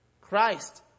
Christ